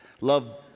Love